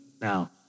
Now